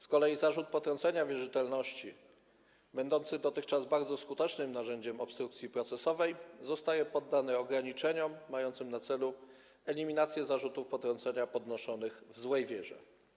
Z kolei zarzut potrącenia wierzytelności, będący dotychczas bardzo skutecznym narzędziem obstrukcji procesowej, zostaje poddany ograniczeniom mającym na celu eliminację zarzutów potrącenia podnoszonych w złej wierze.